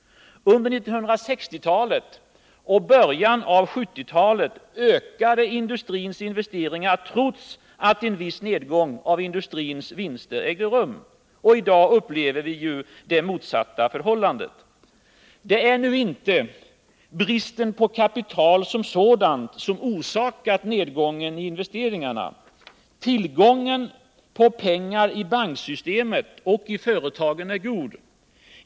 Under 1960-talet och början på 1970-talet ökade industrins investeringar trots att en viss nedgång av industrins vinster ägde rum. I dag upplever vi det motsatta förhållandet. Det är inte bristen på kapital som sådan som orsakat nedgången i investeringarna. Tillgången på pengar i banksystemet och i företagen är god.